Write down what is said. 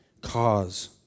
cause